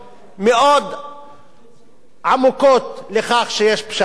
מאוד עמוקות לכך שיש פשיעה היום.